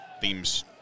themes